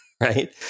Right